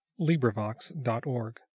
LibriVox.org